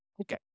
Okay